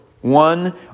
One